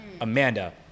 Amanda